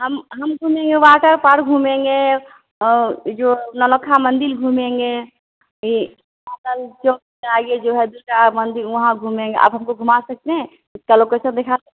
हम हम घूमेंगे वाटर पार्क घूमेंगे जो नवलखा मंदिर घूमेंगे यह जो है मंदिर वहाँ घूमेंगे आप हमको घूमा सकते हैं चलो कुछ तो दिखा